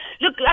Look